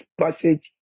passage